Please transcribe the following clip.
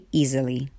easily